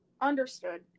Understood